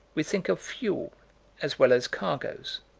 we think of fuel as well as cargoes.